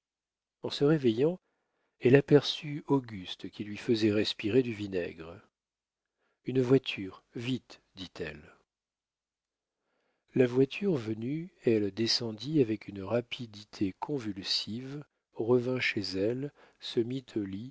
en se réveillant elle aperçut auguste qui lui faisait respirer du vinaigre une voiture vite dit elle la voiture venue elle descendit avec une rapidité convulsive revint chez elle se mit au lit